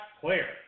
player